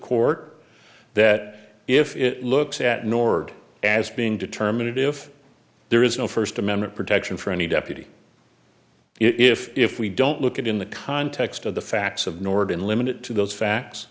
court that if it looks at nord as being determinative there is no first amendment protection for any deputy if if we don't look at in the context of the facts of norden limited to those facts